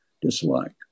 dislike